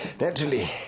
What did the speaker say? Naturally